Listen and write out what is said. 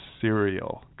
cereal